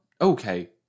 Okay